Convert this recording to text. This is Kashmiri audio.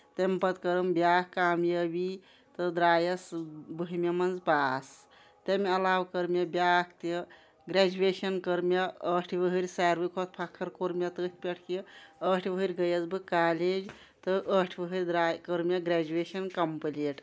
تَمہِ پَتہٕ کٔرٕم بیاکھ کامیٲبی تہ درایَس بہہمہِ منٛز پاس تَمہِ علاوٕ کٔر مےٚ بیاکھ تہِ گریجویشن کٔر مےٚ ٲٹھِ وٕہر ساروی کھۄتہٕ فَخر کوٚر مےٚ تَتھ پٮ۪ٹھ کہِ ٲٹھِ وٕہِر گٔیس بہٕ کالیج تہٕ ٲٹھِ وٕہر کٔر مےٚ گریجویشن کَمپٕلیٖٹ